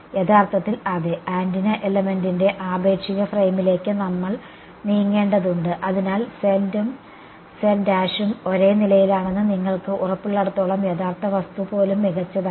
യഥാർത്ഥത്തിൽ അതെ ആന്റിന എലമെന്റിന്റെ ആപേക്ഷിക ഫ്രെയിമിലേക്ക് നമ്മൾ നീങ്ങേണ്ടതുണ്ട് അതിനാൽ z ഉം ഒരേ നിലയിലാണെന്ന് നിങ്ങൾക്ക് ഉറപ്പുള്ളിടത്തോളം യഥാർത്ഥ വസ്തു പോലും മികച്ചതാണ്